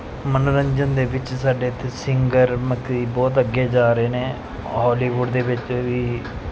ਮਨੋਰੰਜਨ ਦੇ ਵਿੱਚ ਸਾਡੇ ਇੱਥੇ ਸਿੰਗਰ ਮਤਲਬ ਕਿ ਬਹੁਤ ਅੱਗੇ ਜਾ ਰਹੇ ਨੇ ਹਾਲੀਵੁੱਡ ਦੇ ਵਿੱਚ ਵੀ